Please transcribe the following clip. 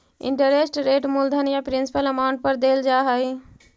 interest rate मूलधन या principal amount पर देल जा हई